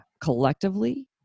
collectively